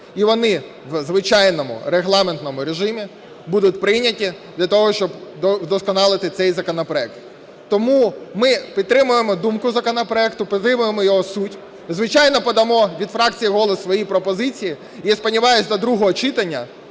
і вони в звичайному регламентному режимі будуть прийняті для того, щоб вдосконалити цей законопроект. Тому ми підтримуємо думку законопроекту, підтримуємо його суть. Звичайно, подамо від фракції "Голос" свої пропозиції. Я сподіваюся, до другого читання